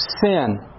Sin